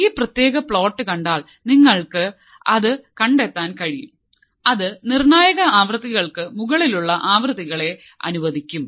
ഈ പ്രത്യേക പ്ലോട്ട് കണ്ടാൽ നിങ്ങൾക്ക് അത് കണ്ടെത്താൻ കഴിയും അത് നിർണായക ആവൃത്തികൾക്ക് മുകളിലുള്ള ആവൃത്തികളെ അനുവദിക്കും